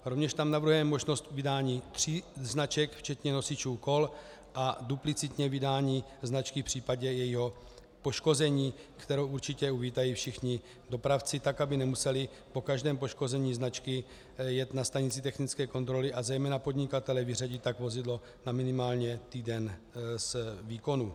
Rovněž tam navrhujeme možnost vydání tří značek včetně nosičů kol a duplicitně vydání značky v případě jejího poškození, kterou určitě uvítají všichni dopravci, tak aby nemuseli po každém poškození značky jet na stanici technické kontroly a zejména podnikatelé vyřadit tak vozidlo na minimálně týden z výkonu.